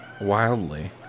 wildly